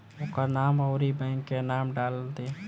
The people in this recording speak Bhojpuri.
ओकर नाम अउरी बैंक के नाम डाल दीं